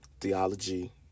theology